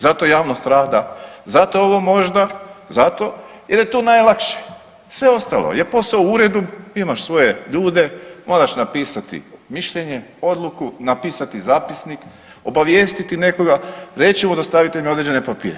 Zato javnost rada, zato ovo možda zato jer je tu najlakše, sve ostalo je posao u uredu, imaš svoje ljude moraš napisat mišljenje, odluku, napisati zapisnik, obavijestiti nekoga, reći mu dostavite mi određene papire.